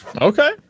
okay